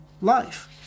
life